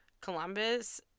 Columbus